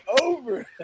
over